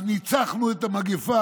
אז ניצחנו את המגפה,